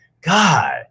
God